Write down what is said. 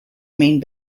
main